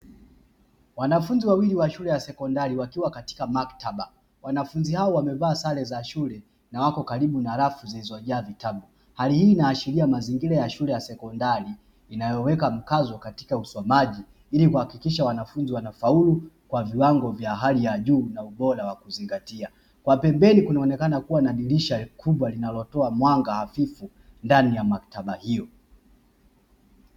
Wanafunzi wawili wa shule ya sekondari wakiwa katika maktaba, wanafunzi hao wamevaa sare za shule na wako karibu na rafu zilizojazwa vitabu. Hali hii inaashiria mazingira ya shule ya sekondari inayoweka mkazo katika usomaji ili kuhakikisha wanafunzi wanafaulu kwa viwango vya hali ya juu na ubora wa kuzingatia. Kwa pembeni kunaonekana kuwa na dirisha kubwa linalotoa mwanga hafifu ndani ya maktaba hiyo.